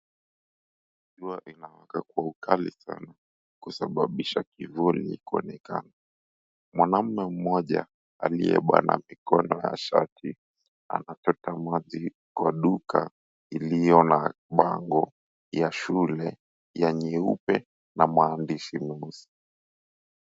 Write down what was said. Jua inawaka kwa ukali sana kusababisha kivuli kuonekana mwanaume mmoja aliye bana mikono ya shati anachota maji kwa duka ilio na bango la shule ya nyeupe na maandishi meusi.